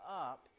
up